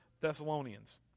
Thessalonians